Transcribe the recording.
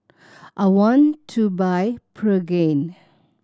I want to buy Pregain